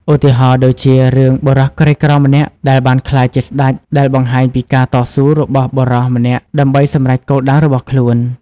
ឧទាហរណ៍ដូចជា រឿង បុរសក្រីក្រម្នាក់ដែលបានក្លាយជាស្តេច ដែលបង្ហាញពីការតស៊ូរបស់បុរសម្នាក់ដើម្បីសម្រេចគោលដៅរបស់ខ្លួន។